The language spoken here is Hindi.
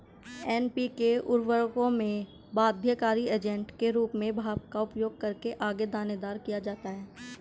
एन.पी.के उर्वरकों में बाध्यकारी एजेंट के रूप में भाप का उपयोग करके आगे दानेदार किया जाता है